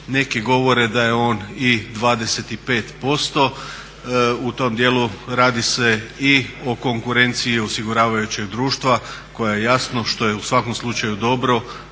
neki govore da je on i 25% u tom dijelu. Radi se i o konkurenciji osiguravajućeg društva koja je jasno, što je u svakom slučaju dobro,